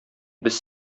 без